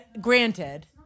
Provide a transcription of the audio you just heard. granted